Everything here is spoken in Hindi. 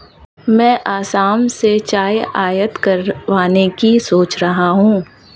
मैं असम से चाय आयात करवाने की सोच रहा हूं